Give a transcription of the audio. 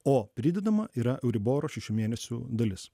o pridedama yra euribor šešių mėnesių dalis